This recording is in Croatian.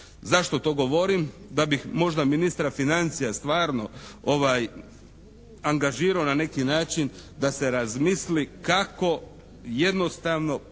Zašto to govorim? Da bi možda ministra financija stvarno angažirao na neki način da se razmisli kako jednostavno